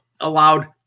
Allowed –